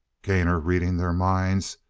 gainor, reading their minds,